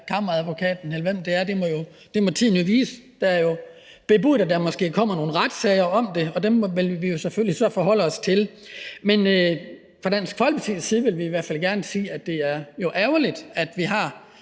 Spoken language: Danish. Kammeradvokaten, eller hvem det er. Det må tiden jo vise. Det er bebudet, at der måske kommer nogle retssager om det. Dem vil vi selvfølgelig forholde os til. Men fra Dansk Folkepartis side vil vi i hvert fald gerne sige, at det er ærgerligt, at vi